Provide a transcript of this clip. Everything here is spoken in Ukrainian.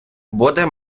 буде